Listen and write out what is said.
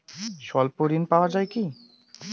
স্বল্প ঋণ পাওয়া য়ায় কি?